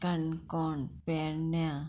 Canacona पेरन्या